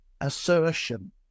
assertion